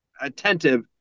attentive